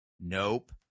Nope